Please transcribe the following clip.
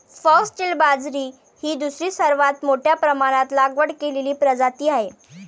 foxtail बाजरी ही दुसरी सर्वात मोठ्या प्रमाणात लागवड केलेली प्रजाती आहे